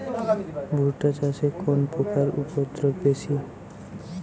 ভুট্টা চাষে কোন পোকার উপদ্রব বেশি?